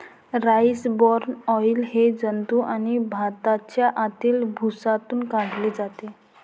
rice bran oil हे जंतू आणि भाताच्या आतील भुसातून काढले जाते